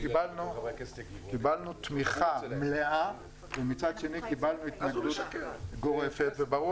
קיבלנו תמיכה מלאה ומצד שני קיבלנו התנגדות גורפת וברור